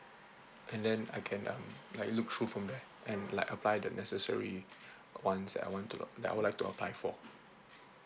and then I can um like look through from there and like apply the necessary ones that I want to lo~ that I would like to apply for